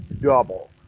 double